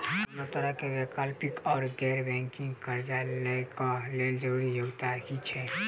कोनो तरह कऽ वैकल्पिक वा गैर बैंकिंग कर्जा लेबऽ कऽ लेल जरूरी योग्यता की छई?